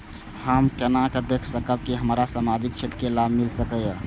हम केना देख सकब के हमरा सामाजिक क्षेत्र के लाभ मिल सकैये?